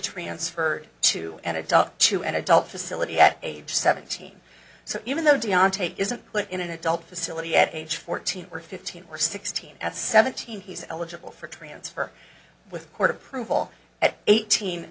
transferred to an adult to an adult facility at age seventeen so even though deon tate isn't put in an adult facility at age fourteen or fifteen or sixteen at seventeen he's eligible for transfer with court approval at eighteen